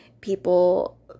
people